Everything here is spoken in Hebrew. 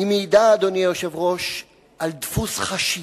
היא מעידה, אדוני היושב-ראש, על דפוס חשיבה,